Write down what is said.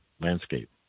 landscape